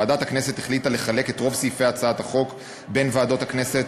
ועדת הכנסת החליטה לחלק את רוב סעיפי הצעת החוק בין ועדות הכנסת.